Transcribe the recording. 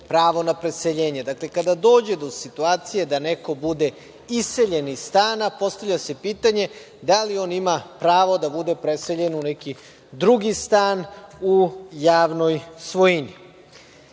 pravo na preseljenje. Dakle, kada dođe do situacije da neko bude iseljen iz stana, postavlja se pitanje da li on ima pravo da bude preseljen u neki drugi stan, u javnoj svojini. Vi